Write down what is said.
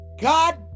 God